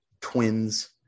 Twins